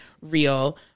real